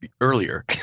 earlier